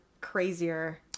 crazier